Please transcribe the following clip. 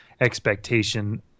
expectation